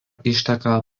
išteka